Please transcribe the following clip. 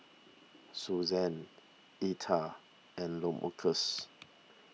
Susann Etha and Lamarcus